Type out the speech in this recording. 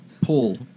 pull